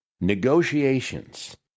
Negotiations